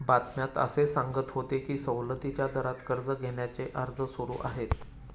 बातम्यात असे सांगत होते की सवलतीच्या दरात कर्ज घेण्याचे अर्ज सुरू आहेत